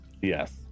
yes